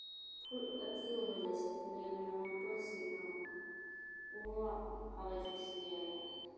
खूब अथिओ होय जाइ छै तनी मनी सीलहुँ ओहो आबै छै सीयै लेल